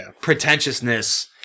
pretentiousness